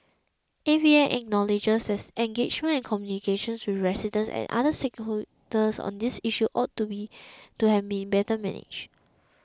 A V A acknowledges that engagement and communications with residents and other stakeholders on this issue ought to be to have been better managed